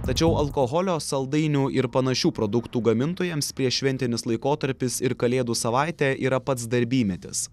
tačiau alkoholio saldainių ir panašių produktų gamintojams prieššventinis laikotarpis ir kalėdų savaitė yra pats darbymetis